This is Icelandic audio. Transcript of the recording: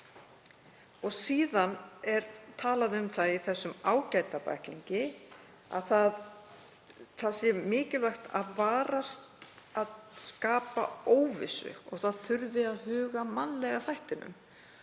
Síðan er talað um það í þessum ágæta bæklingi að mikilvægt sé að varast að skapa óvissu og það þurfi að huga að mannlega þættinum.